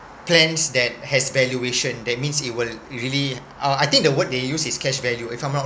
plans that has valuation that means it will really oh I think the word they used is cash value if I'm not